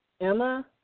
Emma